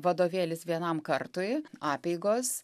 vadovėlis vienam kartui apeigos